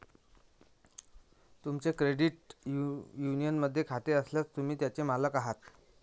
तुमचे क्रेडिट युनियनमध्ये खाते असल्यास, तुम्ही त्याचे मालक आहात